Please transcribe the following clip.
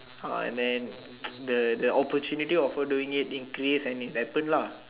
uh and then the the opportunity of her doing it increase and it happened lah